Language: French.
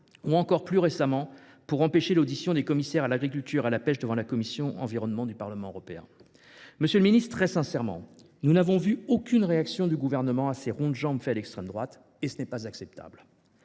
ou encore, plus récemment, pour empêcher l’audition des commissaires à l’agriculture et à la pêche par la commission de l’environnement du Parlement européen. Monsieur le ministre, nous n’avons vu aucune réaction du Gouvernement à ces ronds de jambe faits à l’extrême droite ; je vous le